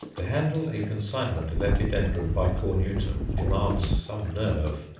to handle a consignment of epidendrum bicornutum demands some nerve.